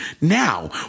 Now